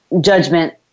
judgment